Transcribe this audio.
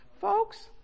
Folks